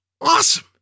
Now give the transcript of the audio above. Awesome